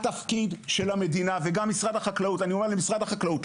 התפקיד של המדינה אני אומר למשרד החקלאות,